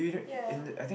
ya